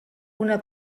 una